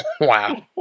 Wow